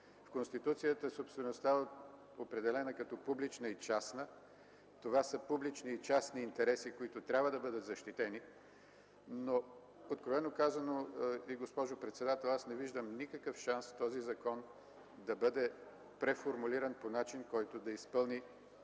В Конституцията собствеността е определена като публична и частна. Това са публични и частни интереси, които трябва да бъдат защитени, но откровено казано, госпожо председател, аз не виждам никакъв шанс този закон да бъде преформулиран по начин, който да изпълни смисъла